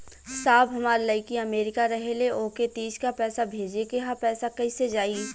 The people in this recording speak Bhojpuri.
साहब हमार लईकी अमेरिका रहेले ओके तीज क पैसा भेजे के ह पैसा कईसे जाई?